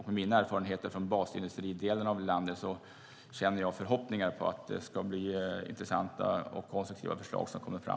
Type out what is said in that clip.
Med mina erfarenheter från basindustridelen i landet känner jag förhoppningar om att det ska bli intressanta och konstruktiva förslag som kommer fram.